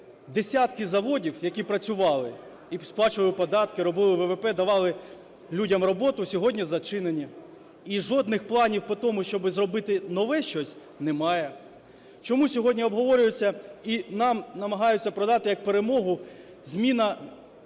десятки заводів, які працювали і сплачували податки, робили ВВП, давали людям роботу, сьогодні зачинені? І жодних планів по тому, щоби зробити нове щось, немає. Чому сьогодні обговорюється і нам намагаються продати як перемогу, зміна